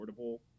affordable